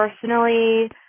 personally